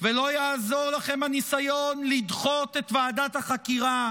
ולא יעזור לכם הניסיון לדחות את ועדת החקירה.